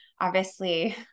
obviously-